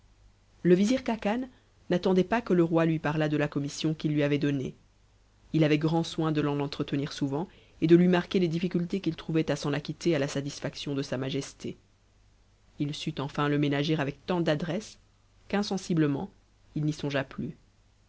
le vizir khacan n'attendait pas que le roi lui pariât de la commission qu'il lui avait donnée il avait grand soin de l'en entretenir souvent et lui marquer les di scu tes qu'il trouvait à s'en acquitter à la satisfaction de sa majesté il sut enfin le ménager avec tant d'adresse qu'insensih t il y songea plus